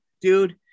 Dude